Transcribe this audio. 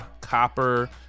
copper